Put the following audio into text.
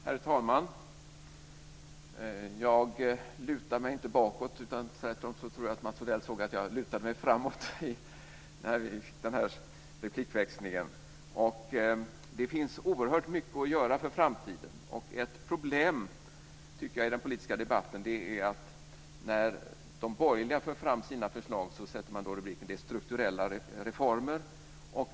Herr talman! Jag lutar mig inte bakåt utan jag tror att Mats Odell såg att jag lutade mig framåt i den här replikväxlingen. Det finns oerhört mycket att göra för framtiden. Ett problem i den politiska debatten är att när de borgerliga för fram sina förslag sätter man rubriken destrukturella reformer.